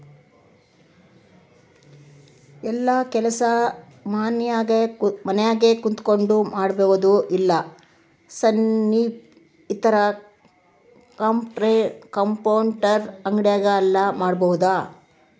ಯೆಲ್ಲ ಕೆಲಸ ಮನ್ಯಾಗ ಕುಂತಕೊಂಡ್ ಮಾಡಬೊದು ಇಲ್ಲ ಸನಿಪ್ ಇರ ಕಂಪ್ಯೂಟರ್ ಅಂಗಡಿ ಅಲ್ಲು ಮಾಡ್ಬೋದು